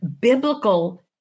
Biblical